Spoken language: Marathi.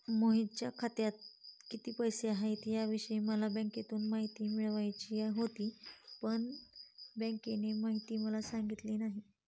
मोहितच्या खात्यात किती पैसे आहेत याविषयी मला बँकेतून माहिती मिळवायची होती, पण बँकेने माहिती मला सांगितली नाही